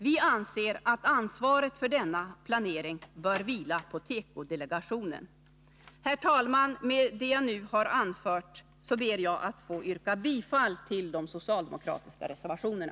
Vi anser att ansvaret för denna planering bör vila på tekodelegationen. Herr talman! Med det jag nu har anfört ber jag att få yrka bifall till de socialdemokratiska reservationerna.